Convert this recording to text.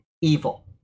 evil